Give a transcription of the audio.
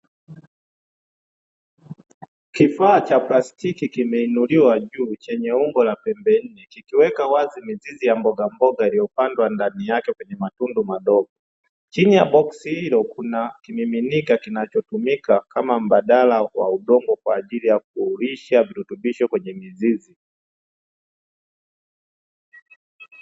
Kifaa cha plastiki kimeinuliwa juu chenye umbo la pembe nne , ikiweka wazi mizizi ya mboga mboga iliyopandwa kwenye matundu madogo madogo , chini ya Kuna kimiminika kinachotumika kama mbadala wa udongo kwaajili ya kurudisha virutubisho kwenye mizizi.